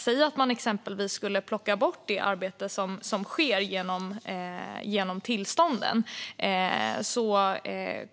Säg exempelvis att man skulle plocka bort det arbete som sker genom tillstånden - då